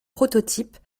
prototypes